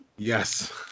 Yes